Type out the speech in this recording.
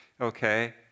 Okay